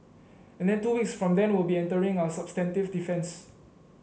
and then two weeks from then we'll be entering our substantive defence